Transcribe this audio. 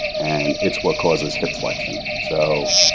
and it's what causes hip flexion. so,